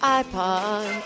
iPod